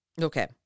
Okay